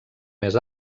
més